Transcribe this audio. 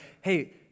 hey